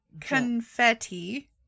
confetti